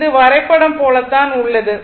இந்த வரைபடம் இது போலத்தான் உள்ளது